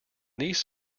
these